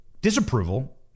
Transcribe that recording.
disapproval